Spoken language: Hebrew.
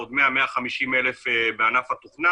עוד 150,000-100,000 בענף התוכנה